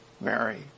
Mary